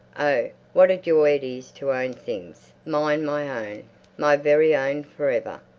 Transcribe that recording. oh, what a joy it is to own things! mine my own! my very own for ever?